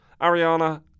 Ariana